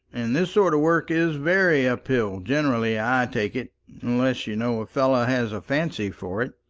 and this sort of work is very up-hill generally, i take it unless, you know, a fellow has a fancy for it.